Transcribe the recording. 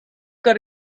got